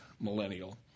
millennial